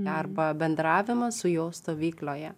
arba bendravimą su juo stovykloje